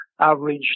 average